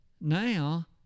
now